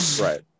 Right